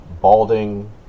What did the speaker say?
balding